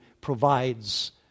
provides